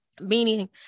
Meaning